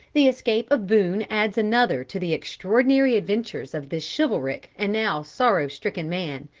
the escape of boone adds another to the extraordinary adventures of this chivalric and now sorrow-stricken man.